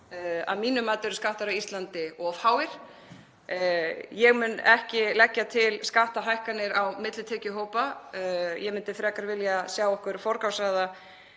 Að mínu mati eru skattar á Íslandi of háir. Ég mun ekki leggja til skattahækkanir á millitekjuhópa, ég myndi frekar vilja sjá okkur forgangsraða